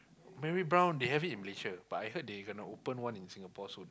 Mary-Brown they have it in Malaysia but I heard they gonna open one in Singapore soon